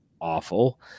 awful